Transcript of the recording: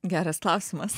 geras klausimas